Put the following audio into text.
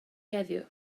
heddiw